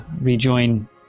rejoin